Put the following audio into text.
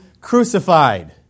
crucified